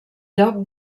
lloc